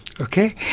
okay